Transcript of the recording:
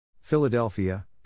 Philadelphia